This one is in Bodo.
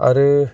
आरो